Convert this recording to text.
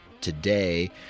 today